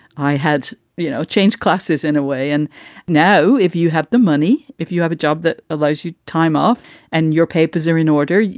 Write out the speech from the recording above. i had, you know, change classes in a way. and now if you have the money, if you have a job that allows you time off and your papers are in order,